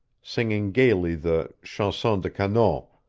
singing gayly the chanson de canot.